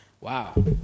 Wow